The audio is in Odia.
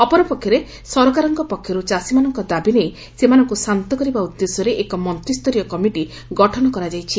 ଅପରପକ୍ଷରେ ସରକାରଙ୍କ ପକ୍ଷରୁ ଚାଷୀମାନଙ୍କ ଦାବି ନେଇ ସେମାନଙ୍କୁ ଶାନ୍ତ କରିବା ଉଦ୍ଦେଶ୍ୟରେ ଏକ ମନ୍ତିସ୍ତରୀୟ କମିଟି ଗଠନ କରାଯାଇଛି